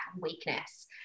weakness